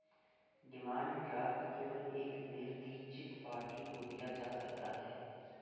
demand draft केवल एक निरदीक्षित पार्टी को दिया जा सकता है